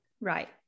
right